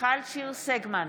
מיכל שיר סגמן,